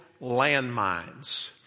landmines